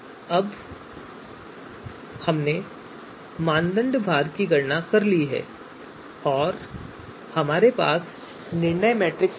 अब हमने मानदंड भार की गणना कर ली है और हमारे पास निर्णय मैट्रिक्स भी है